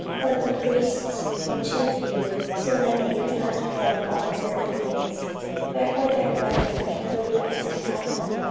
but the priests were too few, so that they could not flay all the burnt offerings wherefore their brethren the levites did help them,